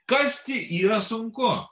kasti yra sunku